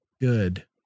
good